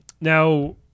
Now